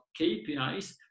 KPIs